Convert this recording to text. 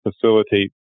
facilitate